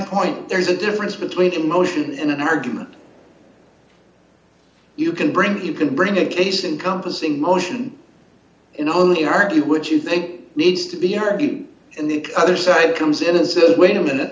point there's a difference between motion and an argument you can bring that you can bring a case in compassing motion and only argue would you think needs to be argued and the other side comes in and says wait a minute